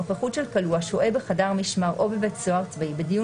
נוכחות של כלואה השוהה בחדר משמר או בבית סוהר צבאי בדיון